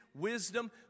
wisdom